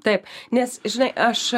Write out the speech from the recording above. taip nes žinai aš